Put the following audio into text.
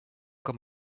com